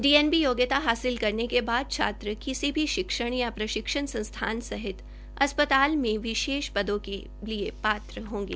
DNB योग्यता हासिल करने के आद छात्र किसी की शिक्षण या प्रशिक्षण संस्थान सहित अस्पताल में विशेष पदों के लिए पात्र होंगे